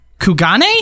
Kugane